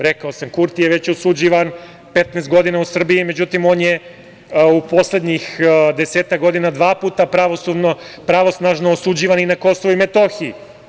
Rekao sam, Kurti je već osuđivan, 15 godina u Srbiji, međutim, on je u poslednjih desetak godina dva puta pravosnažno osuđivan i na Kosovu i Metohiji.